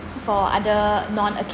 for other non aca~